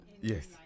Yes